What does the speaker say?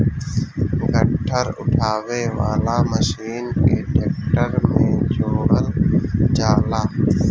गट्ठर उठावे वाला मशीन के ट्रैक्टर में जोड़ल जाला